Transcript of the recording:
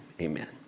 amen